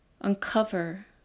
Uncover